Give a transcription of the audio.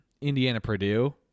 Indiana-Purdue